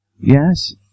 Yes